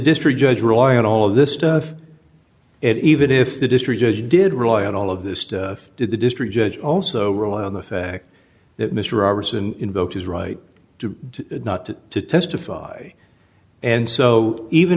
district judge roy in all of this stuff it even if the district judge did rule out all of this stuff did the district judge also rely on the fact that mr roberson invoked his right to not to testify and so even